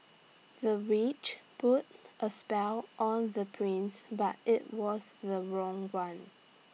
the witch put A spell on the prince but IT was the wrong one